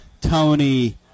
Tony